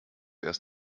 erst